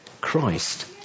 Christ